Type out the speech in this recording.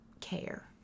care